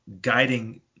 guiding